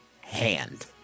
hand